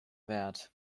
wert